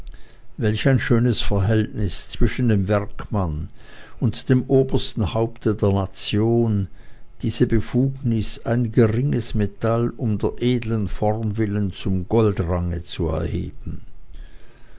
welch ein schönes verhältnis zwischen dem werkmann und dem obersten haupte der nation diese befugnis ein geringes metall um der edlen form willen zum goldrange zu erheben